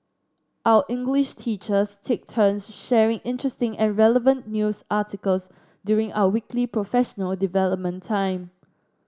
our English teachers take turns sharing interesting and relevant news articles during our weekly professional development time